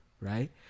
right